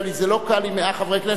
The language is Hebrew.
זה לא קל עם 100 חברי כנסת,